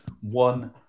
One